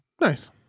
Nice